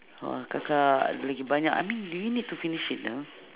!wah! kakak lagi ada banyak I mean do we need to finish it now